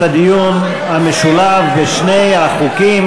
הציבור יודע שמה שקורה פה באמת זה תקציב אחראי,